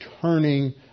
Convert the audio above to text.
turning